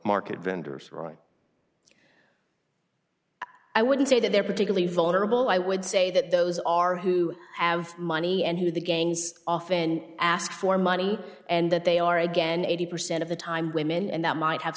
market vendors i wouldn't say that they're particularly vulnerable i would say that those are who have money and who the gangs often ask for money and that they are again eighty percent of the time women and that might have